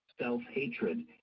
self-hatred